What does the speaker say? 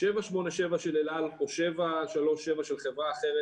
787 של אל על או 737 של חברה אחרת,